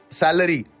salary